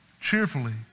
cheerfully